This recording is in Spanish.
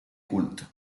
culto